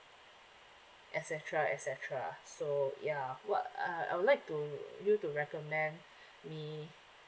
et cetera et cetera so ya what uh I would like to you to recommend me